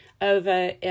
over